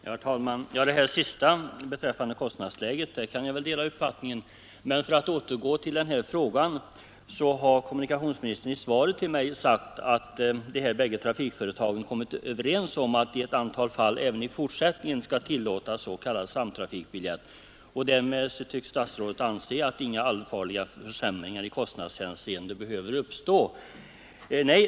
Herr talman! Jag delar kommunikationsministerns uppfattning i vad gäller det som han sade om kostnadsläget. Men för att återgå till den fråga som vi här diskuterar så har kommunikationsministern i svaret till mig sagt att de båda trafikföretagen kommit överens om att i ett antal fall även i fortsättningen tillåta s.k. samtrafikbiljett. Och därmed tycks statsrådet anse att inga allvarliga försämringar i kostnadshänseende behöver uppstå.